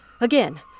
again